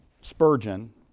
Spurgeon